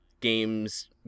games